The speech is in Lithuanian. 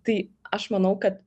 tai aš manau kad